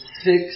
six